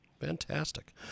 Fantastic